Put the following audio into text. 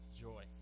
joy